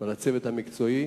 ועל הצוות המקצועי,